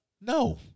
No